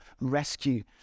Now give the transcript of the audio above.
rescue